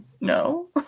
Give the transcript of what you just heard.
no